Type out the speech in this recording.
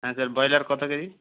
হ্যাঁ sir broiler কত KG